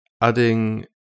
adding